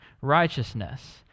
righteousness